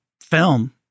film